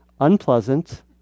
unpleasant